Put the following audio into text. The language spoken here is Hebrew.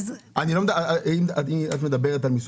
את מדברת על מיסוי.